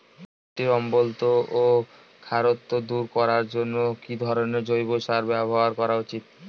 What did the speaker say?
মাটির অম্লত্ব ও খারত্ব দূর করবার জন্য কি ধরণের জৈব সার ব্যাবহার করা উচিৎ?